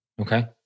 Okay